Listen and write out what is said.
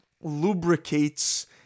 lubricates